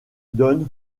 donne